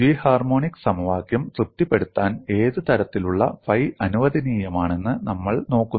ദ്വി harmonic സമവാക്യം തൃപ്തിപ്പെടുത്താൻ ഏത് തരത്തിലുള്ള ഫൈ അനുവദനീയമാണെന്ന് നമ്മൾ നോക്കുന്നു